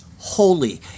holy